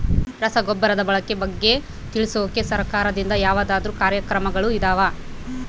ರಸಗೊಬ್ಬರದ ಬಳಕೆ ಬಗ್ಗೆ ತಿಳಿಸೊಕೆ ಸರಕಾರದಿಂದ ಯಾವದಾದ್ರು ಕಾರ್ಯಕ್ರಮಗಳು ಇದಾವ?